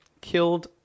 killed